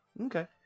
Okay